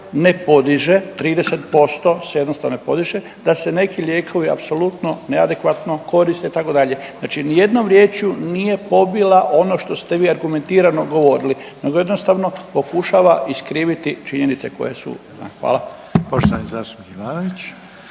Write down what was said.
ne podiže 30% s jednostavne … /Govornik se ne razumije./… da se neki lijekovi apsolutno neadekvatno koriste itd. Znači ni jednom riječju nije pobila ono što ste vi argumentirano govorili, nego jednostavno pokušava iskriviti činjenice koje su